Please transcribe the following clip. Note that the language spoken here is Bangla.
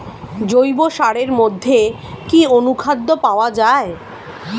জৈব সারের মধ্যে কি অনুখাদ্য পাওয়া যায়?